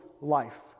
life